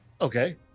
Okay